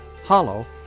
Hollow